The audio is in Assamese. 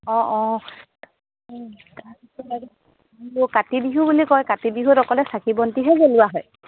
অঁ অঁ কাতি বিহু বুলি কয় কাতি বিহুত অকল চাকি বন্তিহে জ্বলোৱা হয়